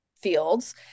fields